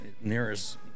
nearest